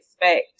expect